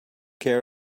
care